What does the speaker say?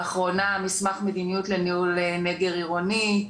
לאחרונה מסמך מדיניות לניהול נגר עירוני.